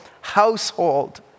household